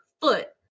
foot